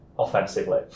Offensively